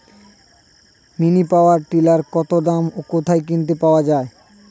Mini power tiller কত দাম ও কোথায় কিনতে পাওয়া যায়?